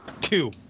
Two